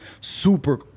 Super